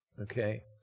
Okay